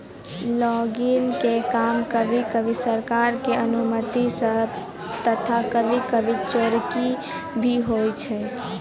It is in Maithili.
लॉगिंग के काम कभी कभी सरकार के अनुमती सॅ तथा कभी कभी चोरकी भी होय छै